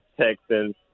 Texans